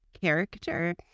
character